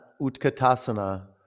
utkatasana